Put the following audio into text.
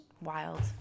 wild